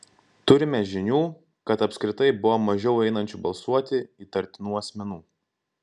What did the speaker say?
turime žinių kad apskritai buvo mažiau einančių balsuoti įtartinų asmenų